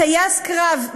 טייס קרב,